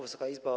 Wysoka Izbo!